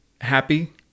happy